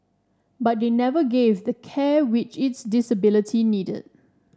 but they never gave the care which its disability needed